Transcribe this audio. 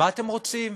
מה אתם רוצים?